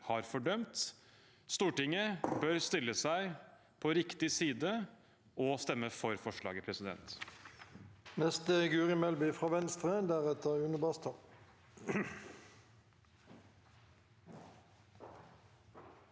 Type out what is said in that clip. har fordømt. Stortinget bør stille seg på riktig side og stemme for forslaget. Guri